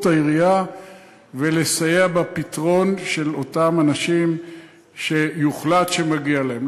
העיריה ולסייע בפתרון לאותם אנשים שיוחלט שמגיע להם.